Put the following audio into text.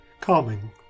calming